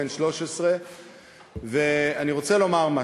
בן 13. אני רוצה לומר משהו: